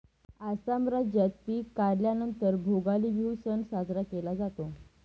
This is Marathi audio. आसाम राज्यात पिक काढल्या नंतर भोगाली बिहू सण साजरा केला जातो